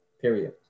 period